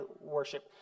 worship